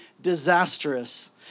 disastrous